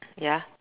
ya